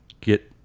get